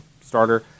starter